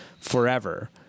forever